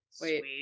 Wait